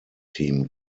team